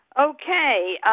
Okay